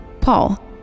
Paul